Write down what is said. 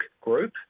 group